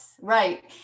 right